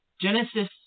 Genesis –